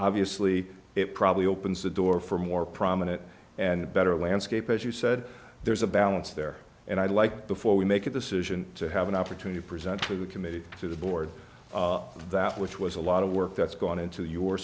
obviously it probably opens the door for a more prominent and better landscape as you said there's a balance there and i'd like before we make a decision to have an opportunity to present to the committee to the board that which was a lot of work that's gone into your